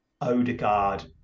odegaard